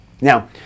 Now